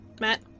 Matt